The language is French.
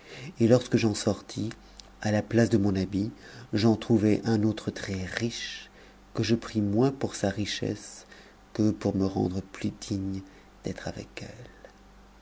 et lorsque j'en sortis à la place de mon habit j'en trouvai un autre très-riche que je pris moins pour sa richesse que pour me rendre plus digne d'être avec elle